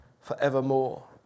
forevermore